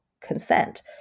consent